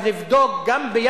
לא